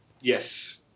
Yes